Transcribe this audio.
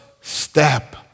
step